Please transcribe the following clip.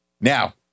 Now